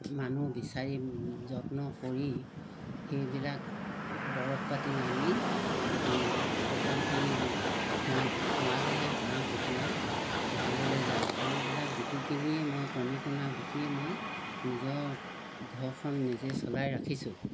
মানুহ বিচাৰি যত্ন কৰি সেইবিলাক দৰৱ পাতি আনি সকলোখিনি খুৱাওঁ খোৱালেহে হাঁহ কুকুৰা ভাললৈ যায় সেইবিলাক বিকি কিনিয়ে মই কণী কোণা বিকিয়ে মই নিজৰ ঘৰখন নিজে চলাই ৰাখিছোঁ